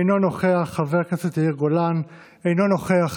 אינו נוכח, חבר הכנסת יאיר גולן, אינו נוכח.